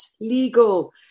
legal